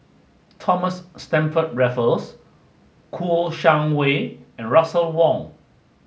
Thomas Stamford Raffles Kouo Shang Wei and Russel Wong